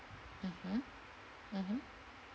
mmhmm mmhmm